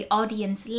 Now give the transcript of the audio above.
audience